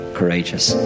courageous